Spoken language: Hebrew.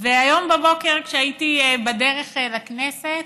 והיום בבוקר, כשהייתי בדרך אל הכנסת,